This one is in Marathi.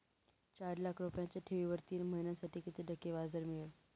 चार लाख रुपयांच्या ठेवीवर तीन महिन्यांसाठी किती टक्के व्याजदर मिळेल?